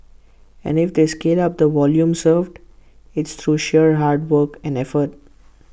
and if they scale up the volume served it's through sheer hard work and effort